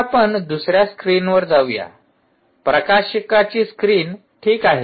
आता आपण दुसऱ्या स्क्रीनवर जाऊया प्रकाशकांची स्क्रीन ठीक आहे